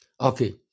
Okay